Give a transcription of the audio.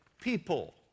people